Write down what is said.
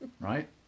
right